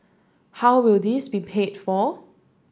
how will this be paid for